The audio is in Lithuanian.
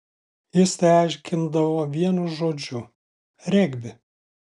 jis tai aiškindavo vienu žodžiu regbi